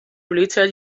related